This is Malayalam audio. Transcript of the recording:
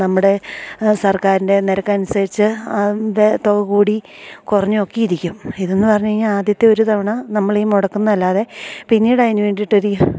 നമ്മുടെ സർക്കാരിൻ്റെ നിരക്ക് അനുസരിച്ച് അതിൻ്റെ തുക കൂടി കുറഞ്ഞും ഒക്കെയിരിക്കും ഇതെന്ന് പറഞ്ഞ് കഴിഞ്ഞാൽ ആദ്യത്തെ ഒരു തവണ നമ്മൾ ഈ മുടക്കും എന്നല്ലാതെ പിന്നീട് അതിന് വേണ്ടിയിട്ട് ഒരു